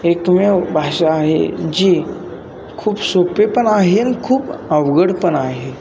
एकमेव भाषा आहे जी खूप सोपे पण आहे अन् खूप अवघड पण आहे